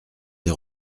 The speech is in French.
des